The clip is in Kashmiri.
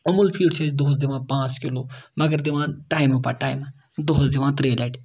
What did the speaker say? اوٚموٗل فیٖڈ چھِ أسۍ دۄہَس دِوان پانٛژھ کلوٗ مگر دِوان ٹایمہٕ پَتہٕ ٹایمہٕ دۄہَس دِوان ترٛیٚیہِ لَٹہِ